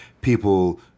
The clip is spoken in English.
people